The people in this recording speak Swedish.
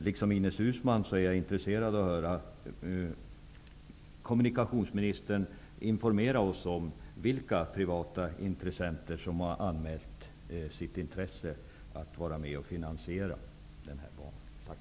Liksom Ines Uusmann är jag intresserad av att höra kommunikationsministern informera oss om vilka privata intressenter som har anmält sitt intresse av att vara med om att finansiera den här banan.